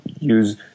use